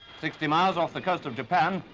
sixty miles off the coast of japan,